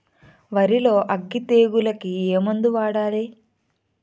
వరిలో అగ్గి తెగులకి ఏ మందు వాడాలి?